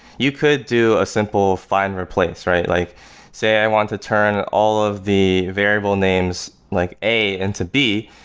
you could do a simple find replace, right? like say i want to turn all of the variable names like a into b,